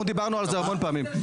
אנחנו דיברנו על זה המון פעמים.